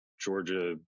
Georgia